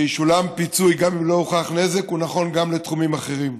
שישולם פיצוי גם אם לא הוכח נזק הוא נכון גם לתחומים אחרים.